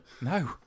No